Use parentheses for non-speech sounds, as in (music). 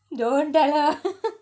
don't tell her (laughs)